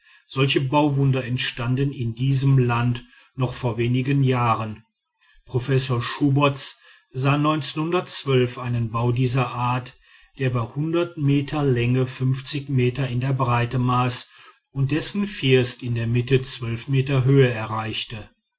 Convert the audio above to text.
solche bauwunder entstanden in diesem land noch vor wenigen jahren professor schubotz sah einen bau dieser art der bei hundert meter länge fünfzig meter in der breite maß und dessen first in der mitte zwölf meter höhe erreichte